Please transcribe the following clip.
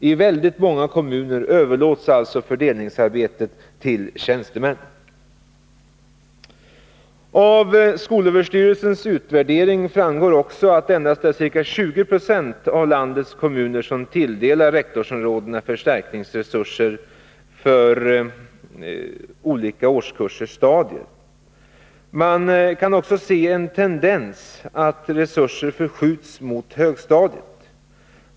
I väldigt många kommuner överlåts alltså fördelningsarbetet till tjänstemän. Av skolöverstyrelsens utvärdering framgår också att det endast är ca 20 960 av landets kommuner som tilldelar rektorsområdena förstärkningsresurser, fördelade på olika årskurser och stadier. Man kan också se en tendens att resurser förskjuts mot högstadiet.